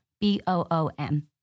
B-O-O-M